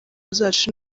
zacu